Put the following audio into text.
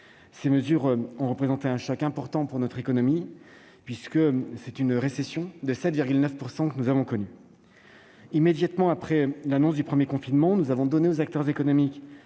Ces mesures ont représenté un choc important pour notre économie et entraîné une récession de 7,9 %. Immédiatement après l'annonce du premier confinement, nous avons donné aux acteurs économiques